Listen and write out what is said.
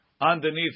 Underneath